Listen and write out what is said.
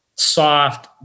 soft